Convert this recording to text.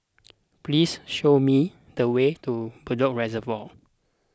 please show me the way to Bedok Reservoir